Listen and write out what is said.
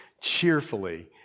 cheerfully